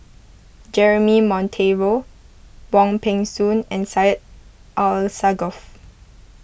Jeremy Monteiro Wong Peng Soon and Syed Alsagoff